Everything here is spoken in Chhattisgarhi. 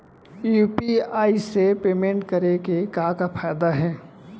यू.पी.आई से पेमेंट करे के का का फायदा हे?